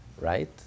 right